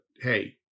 hey